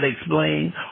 explain